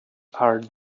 are